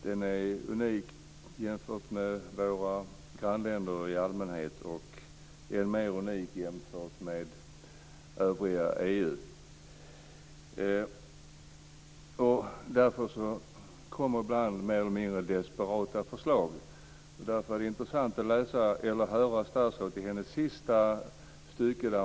Den är unik jämfört med politiken i våra grannländer i allmänhet och än mer unik jämfört med politiken i övriga EU. Det är därför som det bl.a. kommer mer eller mindre desperata förslag. Det är intressant att höra vad statsrådet säger i sista stycket i svaret.